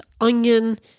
onion